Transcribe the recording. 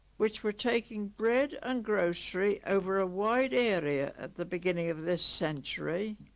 which were taking bread and grocery over a wide area at the beginning of this century